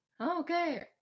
okay